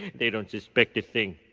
they don't suspect a thing.